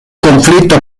conflitto